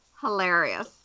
hilarious